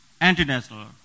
anti-national